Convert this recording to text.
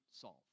solve